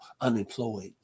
unemployed